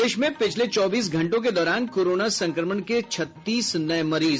प्रदेश में पिछले चौबीस घंटों के दौरान कोरोना संक्रमण के छत्तीस नये मरीज